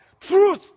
Truth